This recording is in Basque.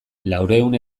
laurehun